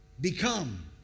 Become